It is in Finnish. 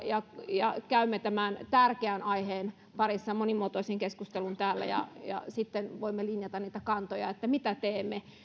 ja keskustelemme ja käymme tämän tärkeän aiheen parissa monimuotoisen keskustelun täällä sitten voimme linjata niitä kantoja että mitä teemme